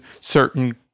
certain